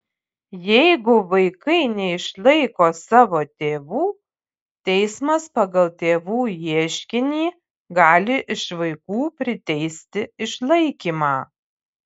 jeigu vaikai neišlaiko savo tėvų teismas pagal tėvų ieškinį gali iš vaikų priteisti išlaikymą